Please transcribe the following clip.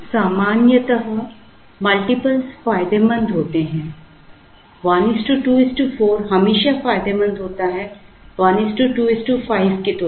सामान्यतः मल्टीपल फायदेमंद होते हैं 124 हमेशा फायदेमंद होता है 125 की तुलना में